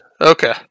Okay